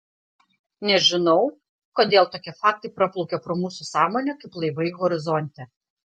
nežinau kodėl tokie faktai praplaukia pro mūsų sąmonę kaip laivai horizonte